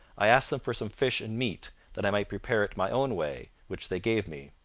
i asked them for some fish and meat, that i might prepare it my own way, which they gave me.